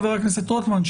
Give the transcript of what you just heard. חבר הכנסת רוטמן,